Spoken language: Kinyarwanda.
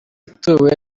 ituwe